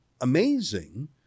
amazing